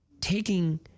taking